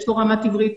שיש לו רמת עברית